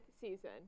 season